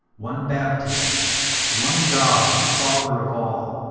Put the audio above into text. one baptism one god and father of all,